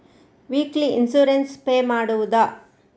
Weekly insurance pay ಮಾಡುವುದ?